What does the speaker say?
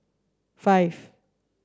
five